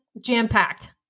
jam-packed